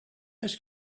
ice